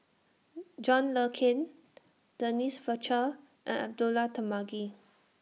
John Le Cain Denise Fletcher and Abdullah Tarmugi